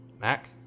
Mac